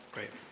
Great